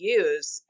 use